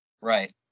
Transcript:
Right